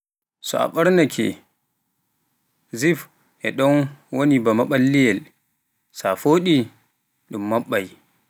So a ɓornaake zip e ɗon mba maɓalliyel taa fooɗi ɗum maɓɓay.